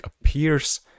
appears